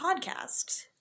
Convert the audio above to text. podcast